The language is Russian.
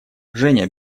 женя